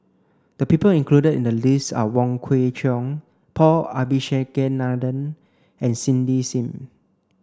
the people included in the list are Wong Kwei Cheong Paul Abisheganaden and Cindy Sim